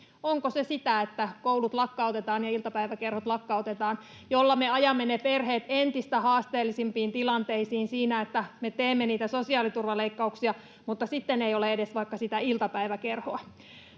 Onko se sitä, että koulut lakkautetaan ja iltapäiväkerhot lakkautetaan, millä me ajamme ne perheet entistä haasteellisempiin tilanteisiin siinä, että me teemme niitä sosiaaliturvaleikkauksia, mutta sitten ei ole edes vaikka sitä iltapäiväkerhoa?